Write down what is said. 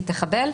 היא תחבל.